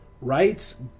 Rights